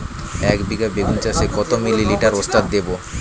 একবিঘা বেগুন চাষে কত মিলি লিটার ওস্তাদ দেবো?